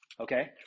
Okay